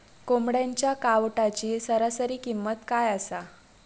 कोंबड्यांच्या कावटाची सरासरी किंमत काय असा?